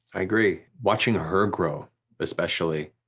i agree. watching her grow especially,